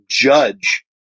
judge